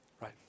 Right